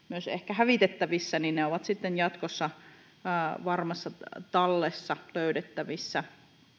hävitettävissä ovat sitten jatkossa varmassa tallessa löydettävissä